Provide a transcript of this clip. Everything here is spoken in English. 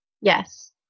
Yes